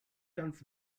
ganz